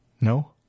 No